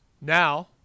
Now